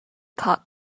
cock